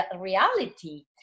reality